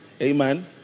Amen